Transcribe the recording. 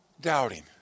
doubting